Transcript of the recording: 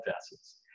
vessels